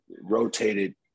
rotated